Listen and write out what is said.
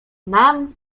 nam